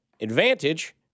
advantage